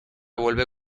vuelve